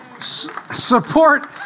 support